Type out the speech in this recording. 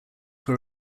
were